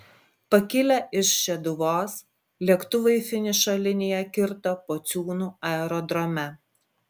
pakilę iš šeduvos lėktuvai finišo liniją kirto pociūnų aerodrome